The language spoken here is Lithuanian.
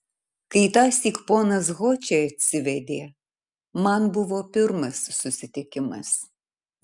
kai tąsyk ponas ho čia atsivedė man buvo pirmas susitikimas